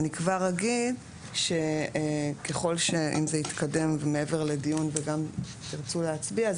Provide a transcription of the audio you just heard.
אני כבר אגיד שככל שאם זה יתקדם מעבר לדיון וגם אם תירצו להצביע,